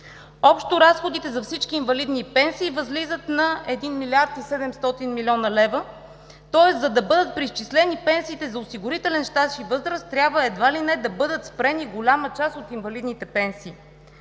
Общо разходите за всички инвалидни пенсии възлизат на 1 млрд. 700 млн. лв., тоест, за да бъдат преизчислени пенсиите за осигурителен стаж и възраст, трябва едва ли не да бъдат спрени голяма част от инвалидните пенсии.